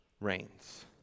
reigns